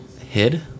hid